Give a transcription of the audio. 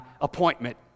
appointment